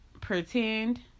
pretend